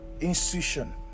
institution